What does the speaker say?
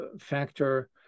factor